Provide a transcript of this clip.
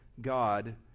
God